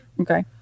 Okay